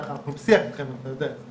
אני לא כזה גאון גדול.